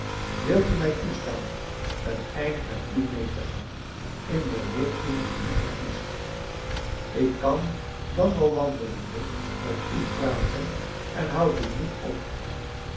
wilt u mij toestaan een eind met u mee te gaan in de richting die u verkiest ik kan dan al wandelende met u praten en houd u niet op